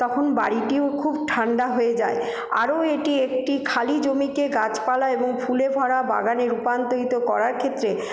তখন বাড়িটিও খুব ঠাণ্ডা হয়ে যায় আরও এটি একটি খালি জমিকে গাছপালা এবং ফুলে ভরা বাগানে রূপান্তরিত করার ক্ষেত্রে